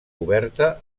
coberta